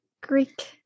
greek